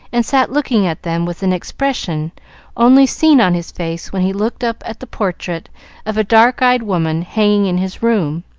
and sat looking at them with an expression only seen on his face when he looked up at the portrait of a dark-eyed woman hanging in his room.